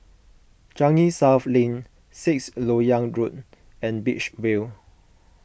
Changi South Lane Sixth Lok Yang Road and Beach View